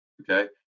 okay